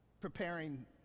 preparing